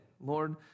Lord